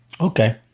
Okay